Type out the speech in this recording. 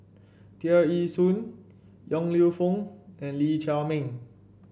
Tear Ee Soon Yong Lew Foong and Lee Chiaw Meng